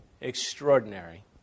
extraordinary